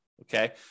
Okay